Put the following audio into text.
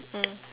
mm